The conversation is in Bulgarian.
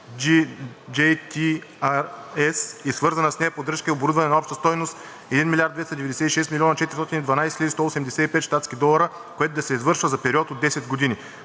и свързана с нея поддръжка и оборудване на обща стойност 1 296 412 185,00 щатски долара, което да се извърши за период от 10 години.